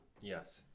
Yes